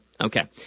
Okay